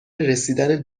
رسیدن